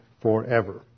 forever